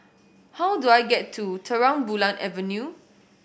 how do I get to Terang Bulan Avenue